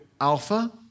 Alpha